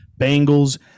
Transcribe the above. Bengals